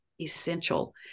essential